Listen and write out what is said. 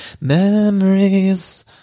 memories